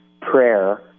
prayer